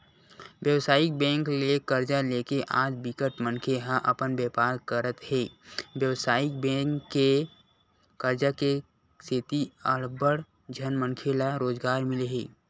बेवसायिक बेंक ले करजा लेके आज बिकट मनखे ह अपन बेपार करत हे बेवसायिक बेंक के करजा के सेती अड़बड़ झन मनखे ल रोजगार मिले हे